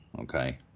okay